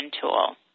tool